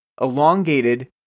elongated